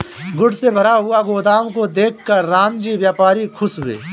goods से भरा हुआ गोदाम को देखकर रामजी व्यापारी खुश हुए